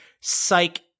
Psych